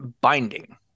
binding